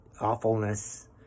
awfulness